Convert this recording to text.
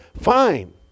fine